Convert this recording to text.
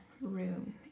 room